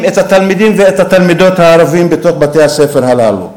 את התלמידים ואת התלמידות הערבים בתוך בתי-הספר הללו.